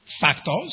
factors